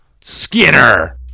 Skinner